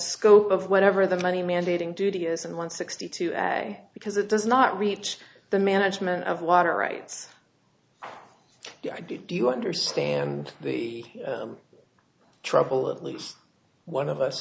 scope of whatever the money mandating duty is and one sixty two because it does not reach the management of water rights i did do you understand the trouble at least one of us